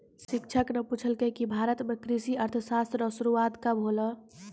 शिक्षक न पूछलकै कि भारत म कृषि अर्थशास्त्र रो शुरूआत कब होलौ